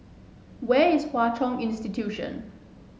where is Hwa Chong Institution